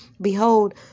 behold